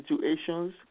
situations